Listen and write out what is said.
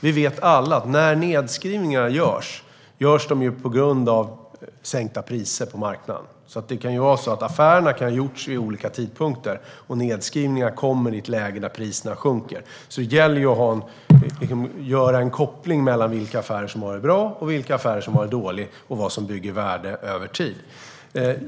Vi vet alla att när nedskrivningar görs, då görs de på grund av sänkta priser på marknaden. Affärerna kan alltså ha gjorts vid olika tidpunkter, och nedskrivningarna kommer i ett läge då priserna sjunker. Det gäller att göra en koppling mellan vilka affärer som har varit bra, vilka affärer som har varit dåliga och vad som bygger värde över tid.